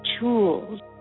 tools